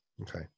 Okay